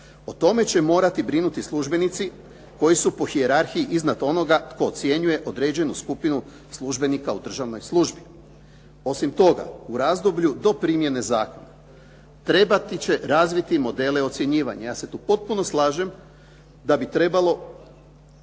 O tome će morati brinuti službenici koji su po hijerarhiji iznad onoga tko ocjenjuje određenu skupinu službenika u državnoj službi. Osim toga, u razdoblju do primjene zakona trebati će razviti modele ocjenjivanja. Ja se tu potpuno slažem da bi trebalo